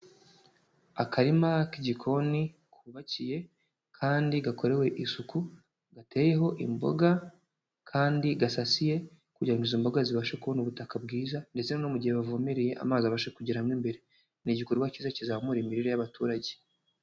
Akarima k'igikoni kubakiye kandi gakorewe isuku, gateyeho imboga kandi gasasiye kugira ngo izo mboga zibashe kubona ubutaka bwiza ndetse no mu gihe bavomereye amazi abashe kugeramo imbere, ni igikorwa kiza kizamura imirire y'abaturage.